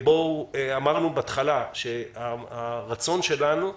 אמרנו שהרצון שלנו,